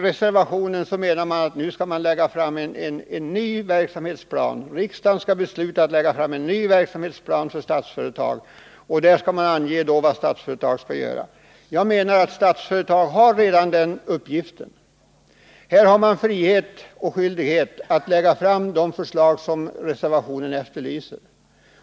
Reservanterna menar att riksdagen skall besluta att en ny verksamhetsplan för Statsföretag skall läggas fram, där det skall anges vad Statsföretag skall göra. Jag anser att Statsföretag redan har den uppgiften — har både frihet och skyldighet att lägga fram de förslag som efterlyses i reservationen.